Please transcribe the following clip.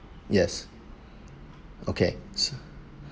yes okay